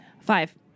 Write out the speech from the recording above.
five